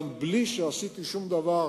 גם בלי שעשיתי שום דבר,